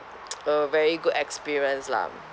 a very good experience lah